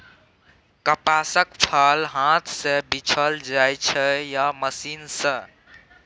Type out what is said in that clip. कपासक फर हाथ सँ बीछल जाइ छै या मशीन सँ